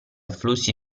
flussi